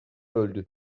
öldü